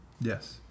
Yes